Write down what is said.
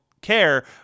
care